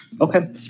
Okay